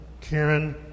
Karen